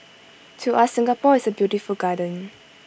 to us Singapore is A beautiful garden